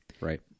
right